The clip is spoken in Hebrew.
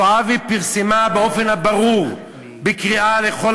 זועבי פרסמה באופן ברור קריאה לכל